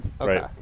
Right